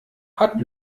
hat